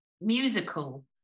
musical